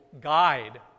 guide